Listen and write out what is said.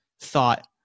thought